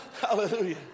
Hallelujah